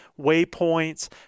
waypoints